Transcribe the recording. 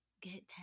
Get